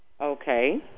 okay